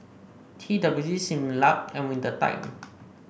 T W G Similac and Winter Time